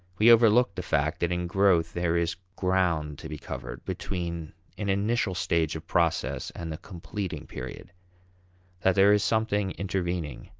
we overlook the fact that in growth there is ground to be covered between an initial stage of process and the completing period that there is something intervening.